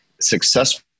successful